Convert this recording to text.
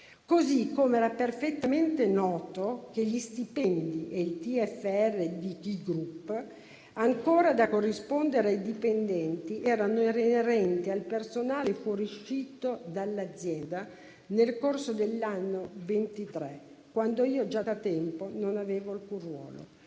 Così come era perfettamente noto che gli stipendi e il TFR di Ki Group, ancora da corrispondere ai dipendenti, erano inerenti al personale fuoriuscito dall'azienda nel corso dell'anno 2023, quando io già da tempo non avevo alcun ruolo.